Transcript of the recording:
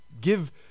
give